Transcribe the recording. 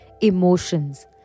emotions